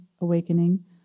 awakening